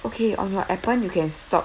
okay um your appen you can stop